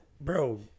Bro